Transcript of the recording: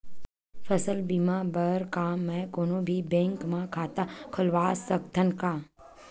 फसल बीमा बर का मैं कोई भी बैंक म खाता खोलवा सकथन का?